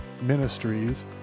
Ministries